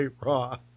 Raw